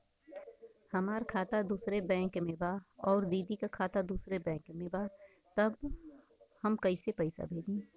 हमार खाता दूसरे बैंक में बा अउर दीदी का खाता दूसरे बैंक में बा तब हम कैसे पैसा भेजी?